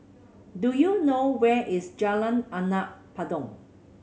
do you know where is Jalan Anak Patong